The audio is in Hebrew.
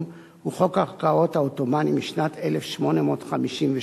הוא חוק הקרקעות העות'מאני משנת 1858,